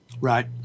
Right